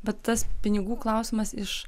bet tas pinigų klausimas iš